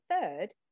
third